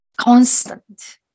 constant